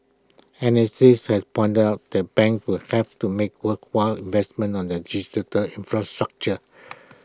analysts have pointed out that banks would have to make worthwhile investments on their digital infrastructure